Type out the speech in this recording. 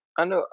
ano